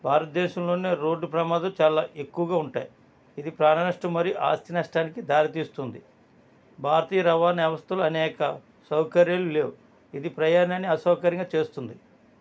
భారతదేశంలోనే రోడ్డు ప్రమాదం చాలా ఎక్కువగా ఉంటాయి ఇది ప్రాణనష్టం మరియు ఆస్తి నష్టానికి దారితీస్తుంది భారతీయ రవాణా వ్యవస్థలు అనేక సౌకర్యాలు లేవు ఇది ప్రయాణాన్ని అసౌకర్యంగా చేస్తుంది